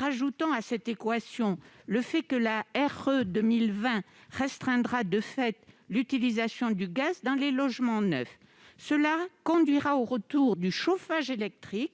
Ajoutons à cette équation le fait que la RE 2020 restreindra de fait l'utilisation du gaz dans les logements neufs, ce qui conduira au retour du chauffage électrique,